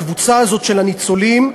הקבוצה הזאת של הניצולים,